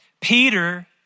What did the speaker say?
Peter